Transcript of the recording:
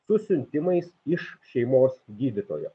su siuntimais iš šeimos gydytojo